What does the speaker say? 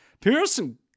Pearson